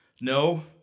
no